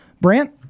Brant